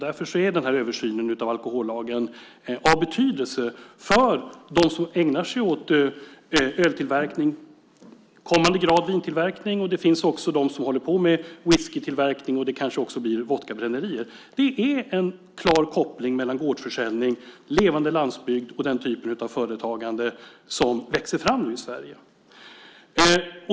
Därför är översynen av alkohollagen av betydelse för dem som ägnar sig åt öltillverkning och i kommande grad vintillverkning. Det finns också de som håller på med whiskytillverkning, och det kanske också blir vodkabrännerier. Det finns en klar koppling mellan gårdsförsäljning, levande landsbygd och den typen av företagande, som växer fram i Sverige.